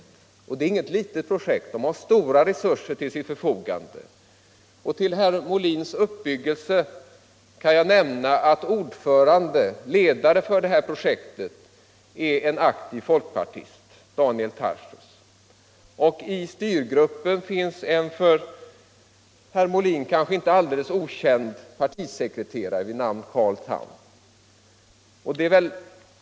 Det är inget litet projekt, utan man har stora resurser till sitt förfogande. Till herr Molins uppbyggelse kan jag säga att ledare för detta projekt är en aktiv folkpartist, nämligen Daniel Tarschys. I styrgruppen finns en för herr Molin kanske inte alldeles okänd partisekreterare vid namn Carl Tham.